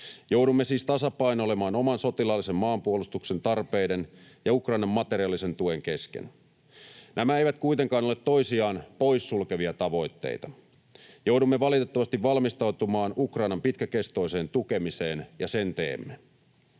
Joudumme siis tasapainoilemaan oman sotilaallisen maanpuolustuksen tarpeiden ja Ukrainan materiaalisen tuen kesken. Nämä eivät kuitenkaan ole toisiaan poissulkevia tavoitteita. Joudumme valitettavasti valmistautumaan Ukrainan pitkäkestoiseen tukemiseen ja sen teemme.